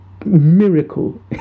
Miracle